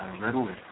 readily